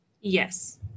Yes